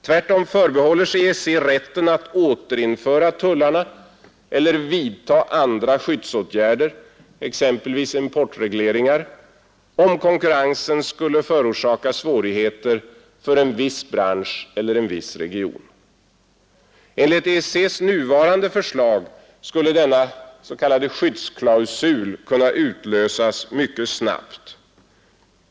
Tvärtom förbehåller sig EEC rätten att återinföra tullarna eller vidta andra skyddsåtgärder, exempelvis importregleringar, om konkurrensen skulle förorsaka svårigheter för en viss bransch eller en viss region. Enligt EEC:s nuvarande förslag skulle denna s.k. skyddsklausul kunna utlösas mycket snabbt.